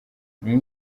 mbega